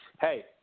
Hey